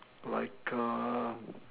like err